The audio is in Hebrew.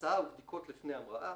הסעה ובדיקות לפני המראה,